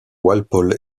walpole